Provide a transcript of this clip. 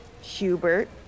Hubert